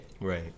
Right